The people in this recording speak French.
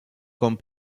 comme